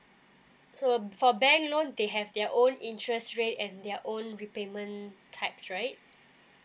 so for bank loan they have their own interest rate and their own repayment types right